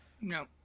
no